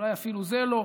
אולי אפילו זה לא,